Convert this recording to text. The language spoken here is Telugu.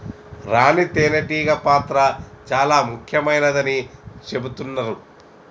రాణి తేనే టీగ పాత్ర చాల ముఖ్యమైనదని చెబుతున్నరు